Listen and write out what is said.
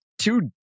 two